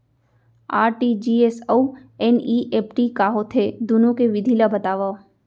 RTGS अऊ NEFT का होथे, दुनो के विधि ला बतावव